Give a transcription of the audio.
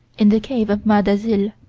in the cave of mas d'azil,